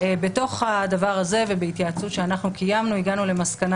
בתוך הדבר הזה ובהתייעצות שקיימנו הגענו למסקנה